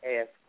ask